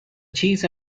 cheese